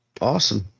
awesome